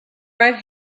right